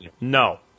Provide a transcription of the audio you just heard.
No